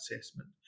assessment